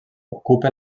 ocupa